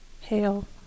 Hail